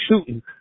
shooting